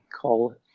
call